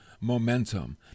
momentum